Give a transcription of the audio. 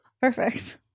Perfect